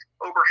over